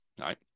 right